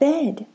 Bed